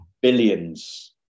billions